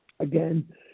Again